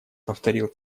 повторил